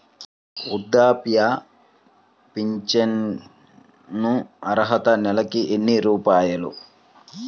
వృద్ధాప్య ఫింఛను అర్హత నెలకి ఎన్ని రూపాయలు?